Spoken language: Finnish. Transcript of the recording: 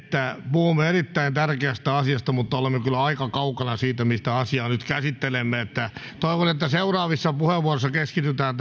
puhumme erittäin tärkeästä asiasta mutta olemme kyllä aika kaukana siitä mitä asiaa nyt käsittelemme toivon että seuraavissa puheenvuoroissa keskitytään